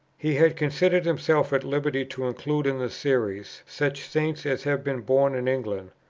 he has considered himself at liberty to include in the series such saints as have been born in england,